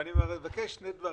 ואני מבקש שני דברים.